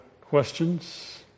questions